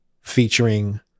featuring